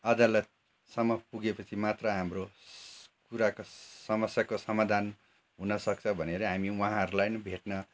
अदालतसम्म पुगेपछि मात्र हाम्रो कुराको समस्याको समाधान हुनसक्छ भनेरै हामी उहाँहरूलाई नै भेट्न